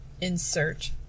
insert